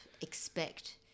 expect